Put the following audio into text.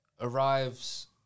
arrives